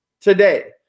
today